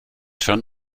schon